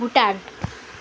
Bhutan